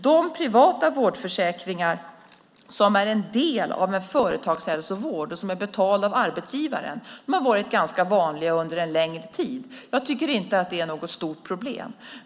De privata vårdförsäkringar som är en del av en företagshälsovård och som är betalade av arbetsgivaren har varit ganska vanliga under en längre tid. Jag tycker inte att det är något stort problem.